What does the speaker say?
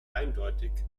eindeutig